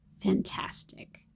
fantastic